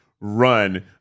run